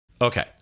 okay